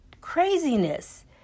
craziness